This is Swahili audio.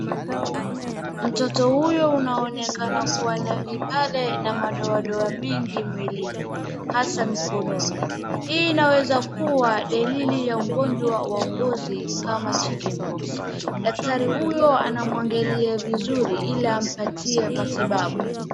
Mtoto huyu anaonekana kuwa na vibale na madoadoa mingi mwilini hasaa mikononi, hii inaweza kuwa dalaili ya ugonjwa wa ngozi kama chicken pox . Daktari huyu anamuangalia vizuri ali amapatie matibabu.